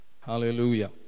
Hallelujah